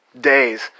days